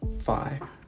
five